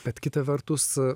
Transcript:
bet kita vertus